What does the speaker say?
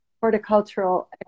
horticultural